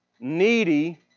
needy